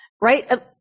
right